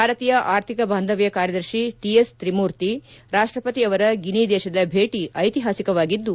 ಭಾರತೀಯ ಆರ್ಥಿಕ ಬಾಂಧವ್ಯ ಕಾರ್ಯದರ್ಶಿ ಟಿ ಎಸ್ ತ್ರಿಮೂರ್ತಿ ರಾಷ್ಟಪತಿ ಅವರ ಗಿನಿ ದೇಶದ ಭೇಟ ಐತಿಹಾಸಿಕವಾಗಿದ್ದು